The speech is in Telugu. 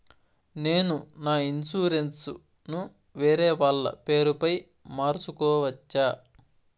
నేను నా ఇన్సూరెన్సు ను వేరేవాళ్ల పేరుపై మార్సుకోవచ్చా?